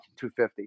250